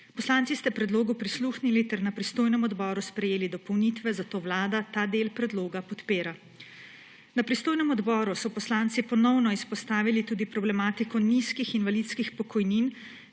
Poslanci ste predlogu prisluhnili ter na pristojnem odboru sprejeli dopolnitve, zato Vlada ta del predloga podpira. Na pristojnem odboru so poslanci ponovno izpostavili tudi problematiko nizkih invalidskih pokojnin